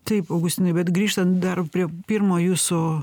taip augustinai bet grįžtan dar prie pirmo jūsų